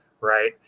Right